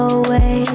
away